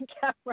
camera